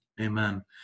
Amen